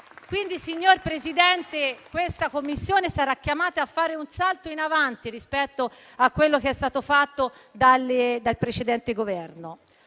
Quindi, signor Presidente, questa Commissione sarà chiamata a fare un salto in avanti rispetto a quello che è stato fatto dal precedente Governo.